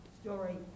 story